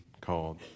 called